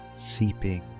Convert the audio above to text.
seeping